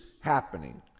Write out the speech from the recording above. happening